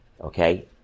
Okay